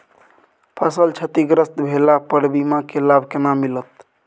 फसल क्षतिग्रस्त भेला पर बीमा के लाभ केना मिलत?